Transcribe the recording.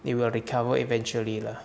it will recover eventually lah